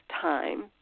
time